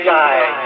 die